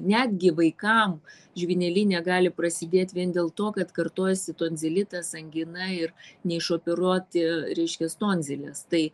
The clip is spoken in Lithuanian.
netgi vaikam žvynelinė gali prasidėt vien dėl to kad kartojasi tonzilitas angina ir neišoperuoti reiškias tonzilės tai